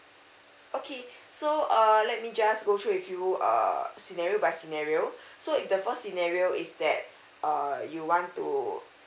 okay so err let me just go through with you uh scenery by scenario so if the first scenario is that uh you want to